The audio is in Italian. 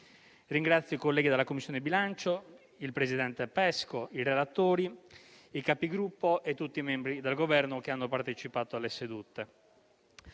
Ringrazio i colleghi della Commissione bilancio, il presidente Pesco, i relatori, i Capigruppo e tutti i membri del Governo che hanno partecipato alle sedute.